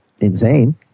insane